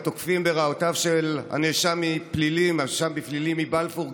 התוקפים בהוראותיו של הנאשם בפלילים מבלפור,